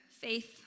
faith